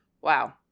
Wow